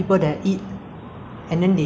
this something that would make me dislike a person ah